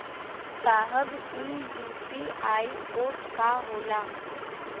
साहब इ UPI code का होला?